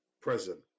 present